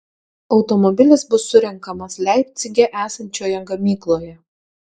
automobilis bus surenkamas leipcige esančioje gamykloje